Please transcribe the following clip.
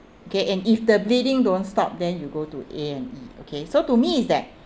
okay and if the bleeding don't stop then you go to A&E okay so to me is that